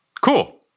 Cool